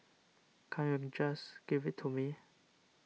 can't you just give it to me